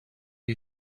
you